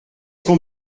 qu’on